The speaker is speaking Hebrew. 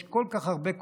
יש כל כך הרבה כותרות,